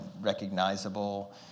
recognizable